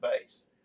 base